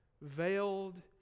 veiled